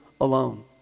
alone